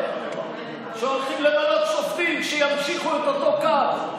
שהולכים למנות שופטים שימשיכו את אותו קו.